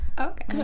Okay